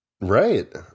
Right